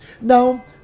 Now